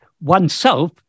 oneself